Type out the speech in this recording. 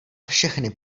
všechny